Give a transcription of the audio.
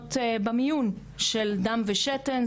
דגימות במיון, של דם ושתן.